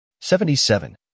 Seventy-seven